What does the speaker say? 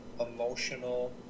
emotional